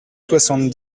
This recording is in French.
soixante